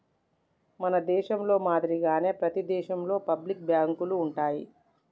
మన దేశంలో మాదిరిగానే ప్రతి దేశంలోను పబ్లిక్ బాంకులు ఉంటాయి